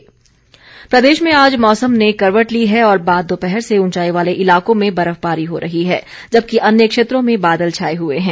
मौसम प्रदेश में आज मौसम ने करवट ली है और बाद दोपहर से ऊंचाई वाले इलाकों में बर्फबारी हो रही है जबकि अन्य क्षेत्रों में बादल छाए हुए हैं